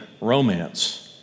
romance